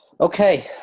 Okay